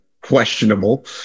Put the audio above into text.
questionable